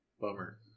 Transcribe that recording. Bummer